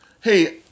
Hey